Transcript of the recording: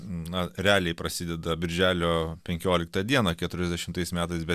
na realiai prasideda birželio penkioliktą dieną keturiasdešimais metais bet